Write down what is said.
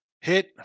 Hit